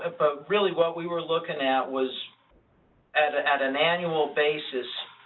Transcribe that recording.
ah but really, what we were looking at was at ah at an annual basis,